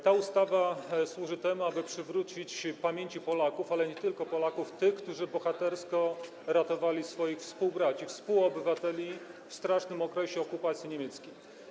Ta ustawa służy temu, aby przywrócić pamięci Polaków, ale nie tylko Polaków, tych, którzy bohatersko ratowali swoich współbraci, współobywateli w strasznym okresie okupacji niemieckiej.